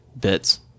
bits